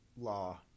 law